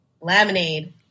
Lemonade